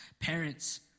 Parents